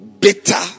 Bitter